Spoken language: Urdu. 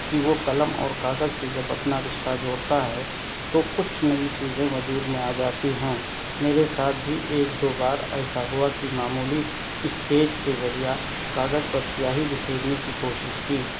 کہ وہ قلم اور کاغذ سے جب اپنا رشتہ جوڑتا ہے تو کچھ نئی چیزیں وجود میں آ جاتی ہیں میرے ساتھ بھی ایک دو بار ایسا ہوا کہ معمولی اس اسکیچ کے ذریعہ کاغذ پر سیاہی بکھیرنے کی کوشش کی